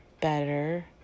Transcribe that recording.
better